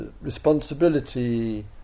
responsibility